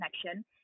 connection